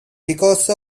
because